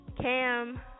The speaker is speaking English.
Cam